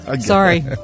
Sorry